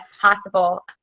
possible